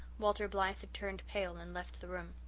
walter blythe had turned pale and left the room.